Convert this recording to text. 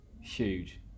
Huge